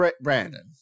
Brandon